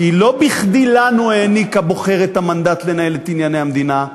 כי לא בכדי לנו העניק הבוחר את המנדט לנהל את ענייני המדינה.